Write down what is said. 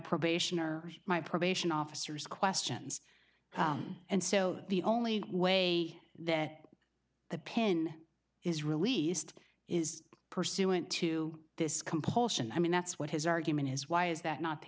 probation or my probation officers questions and so the only way that the pen is released is pursuant to this compulsion i mean that's what his argument is why is that not the